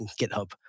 GitHub